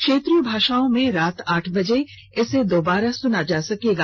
क्षेत्रीय भाषाओं में रात आठ बजे इसे दोबारा सुना जा सकेगा